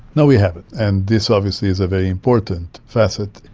no, we haven't, and this obviously is a very important facet.